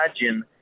imagine